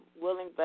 willing